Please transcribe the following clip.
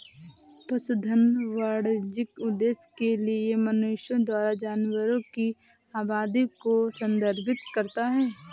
पशुधन वाणिज्यिक उद्देश्य के लिए मनुष्यों द्वारा जानवरों की आबादी को संदर्भित करता है